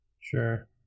Sure